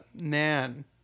man